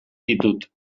ditut